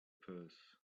purse